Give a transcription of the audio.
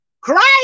Christ